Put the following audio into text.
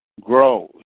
grows